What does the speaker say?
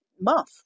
month